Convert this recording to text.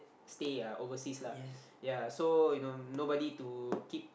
stay uh overseas lah ya so you know nobody to keep